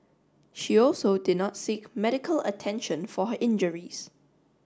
she also did not seek medical attention for her injuries